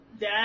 dad